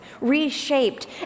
reshaped